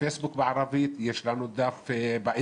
יש לנו דף פייסבוק בערבית,